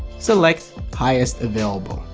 select highest available.